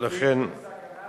יש גם סכנה,